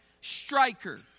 striker